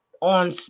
on